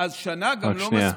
אז שנה גם לא מספיקה,